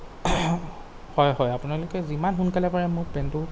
হয় হয় আপোনালোকে যিমান সোনকালে পাৰে মোক পেণ্টটো